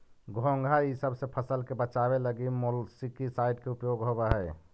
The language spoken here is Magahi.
घोंघा इसब से फसल के बचावे लगी मोलस्कीसाइड के उपयोग होवऽ हई